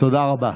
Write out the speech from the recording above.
תודה רבה.